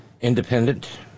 independent